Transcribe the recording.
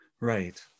Right